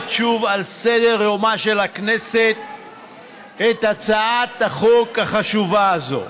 שוב על סדר-יומה של הכנסת את הצעת החוק החשובה הזאת,